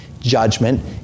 judgment